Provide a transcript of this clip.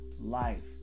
life